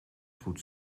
goed